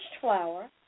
flour